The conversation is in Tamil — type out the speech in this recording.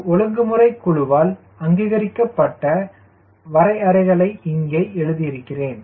ஒரு ஒழுங்குமுறைக் குழுவால் அங்கீகரிக்கப்பட்ட வரையறைகளை இங்கே எழுதுகிறேன்